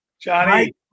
Johnny